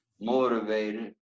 motivated